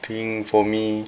I think for me